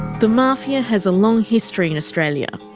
the mafia has a long history in australia.